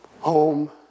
home